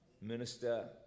Minister